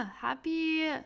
happy